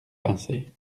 pincée